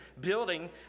building